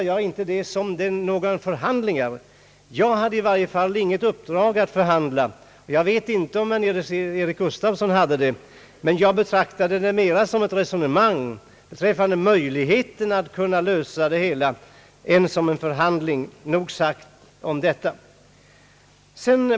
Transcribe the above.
Jag hade i varje fall inget uppdrag att förhandla, och jag vet inte om herr Nils-Eric Gustafsson hade det. Jag betraktade det mera som ett resonemang beträffande möjligheterna att kunna lösa det hela än som en förhandling. Nog sagt om detta.